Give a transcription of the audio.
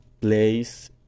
place